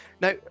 now